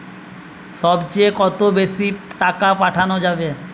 সব চেয়ে কত বেশি টাকা পাঠানো যাবে?